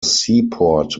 seaport